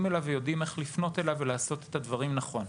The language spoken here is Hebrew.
שיודעים איך לפנות אליו ואיך לעשות את הדברים נכון.